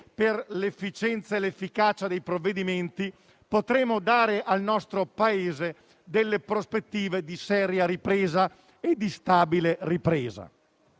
per l'efficienza e l'efficacia dei provvedimenti, potremo dare al nostro Paese delle prospettive di seria e stabile ripresa.